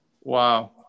Wow